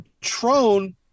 Trone